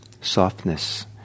softness